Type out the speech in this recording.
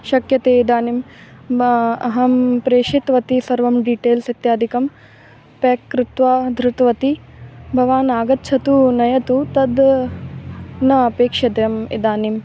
शक्यते इदानीं मा अहं प्रेषितवती सर्वं डीटेल्स् इत्यादिकं पेक् कृत्वा धृतवती भवान् आगच्छतु नयतु तद् न अपेक्षते अहम् इदानीम्